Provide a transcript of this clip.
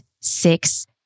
six